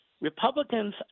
republicans